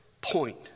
point